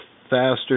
faster